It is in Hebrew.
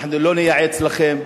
אנחנו לא נייעץ לכם,